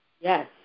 Yes